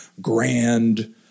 grand